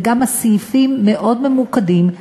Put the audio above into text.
וגם הסעיפים מאוד ממוקדים,